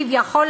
כביכול,